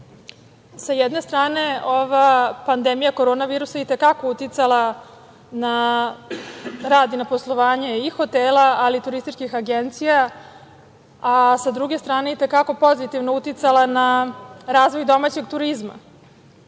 jedne strane, ova pandemija korona virusa i te kako uticala na rad i poslovanje i hotela, ali i turističkih agencija, a sa druge strane, i te kako pozitivno uticala na razvoj domaćeg turizma.